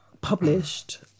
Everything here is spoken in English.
published